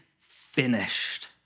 finished